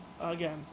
again